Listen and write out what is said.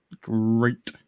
great